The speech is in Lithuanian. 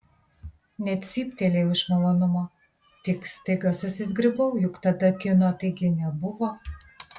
net cyptelėjau iš malonumo tik staiga susizgribau juk tada kino taigi nebuvo